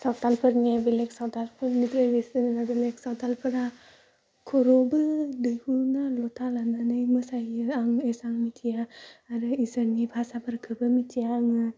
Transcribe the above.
सावतालफोरनिया बेलेग सावतालफोरनि ट्रेडिशनेला बेलेग सावतालफोरा खुर'बो दैहुन्ना लथा लानानै मोसाहैयो आं एसेबां मिथिया आरो इसोरनि भाषाफोरखोबो मोनथिया आङो